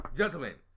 gentlemen